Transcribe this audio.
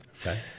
okay